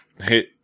hit